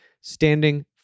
Standing